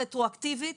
הרטרואקטיבית